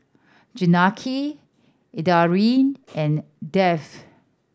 Janaki Indranee and Dev